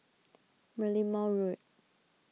Merlimau Road